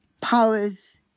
powers